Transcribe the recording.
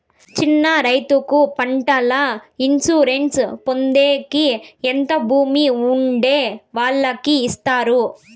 చిన్న రైతుకు పంటల ఇన్సూరెన్సు పొందేకి ఎంత భూమి ఉండే వాళ్ళకి ఇస్తారు?